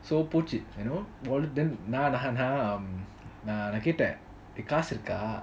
so போச்சி:pochi wallet then நான் நான் நான் கேட்டான் காசு இருக்க:naan naan naan keatan kaasu iruka